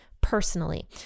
personally